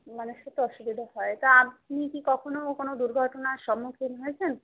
মানুষের তো অসুবিধা হয় তা আপনি কি কখনও কোনও দুর্ঘটনার সম্মুখীন হয়েছেন